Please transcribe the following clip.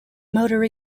motor